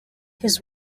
his